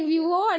okay lor